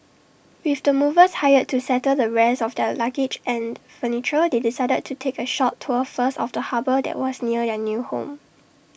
with the movers hired to settle the rest of their luggage and furniture they decided to take A short tour first of the harbour that was near their new home